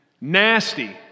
Nasty